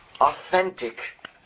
authentic